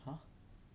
!huh!